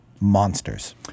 monsters